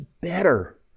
better